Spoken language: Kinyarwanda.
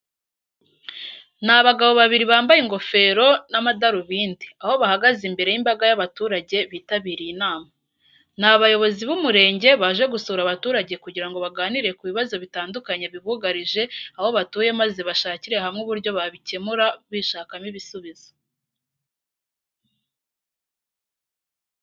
Ni abagabo babiri bambaye ingofero n'amadarubindi, aho bahagaze imbere y'imbaga y'abaturage bitabiriye inama. Ni abayobozi b'umurenge baje gusura abaturage kugira ngo baganire ku bibazo bitandukanye bibugarije aho batuye maze bashakire hamwe uburyo babikemura bishakamo ibisubizo.